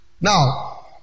Now